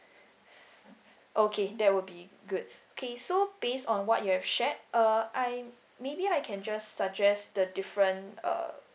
okay that will be good okay so based on what you have shared uh I maybe I can just suggest the different uh